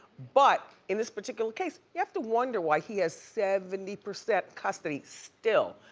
but in this particular case, you have to wonder why he has seventy percent custody still,